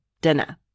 dinner